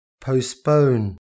postpone